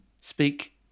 speak